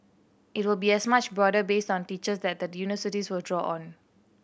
it will be as much broader based on teachers that the universities will draw on